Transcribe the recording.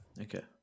okay